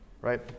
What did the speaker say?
right